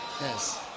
Yes